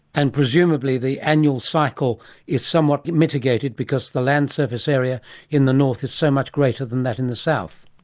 and presumably the annual cycle is somewhat mitigated because the land surface area in the north is so much greater than that in the south.